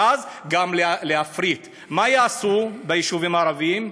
ואז גם להפריט, מה יעשו ביישובים הערביים?